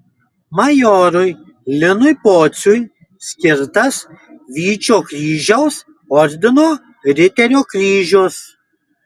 majorui linui pociui skirtas vyčio kryžiaus ordino riterio kryžius